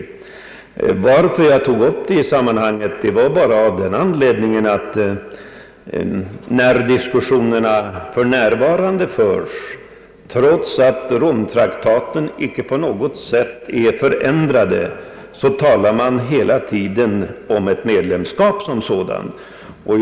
Anledningen till att jag tog upp den saken i sammanhanget var bara att när diskussionerna för närvarande förs, trots att Romtraktaten inte på något sätt är förändrad, så talar man hela tiden om ett medlemskap som sådant.